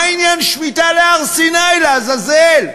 מה עניין שמיטה להר-סיני, לעזאזל?